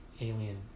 alien